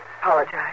apologize